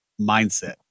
mindset